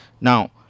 Now